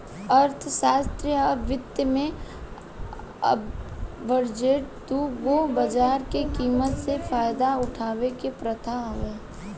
अर्थशास्त्र आ वित्त में आर्बिट्रेज दू गो बाजार के कीमत से फायदा उठावे के प्रथा हवे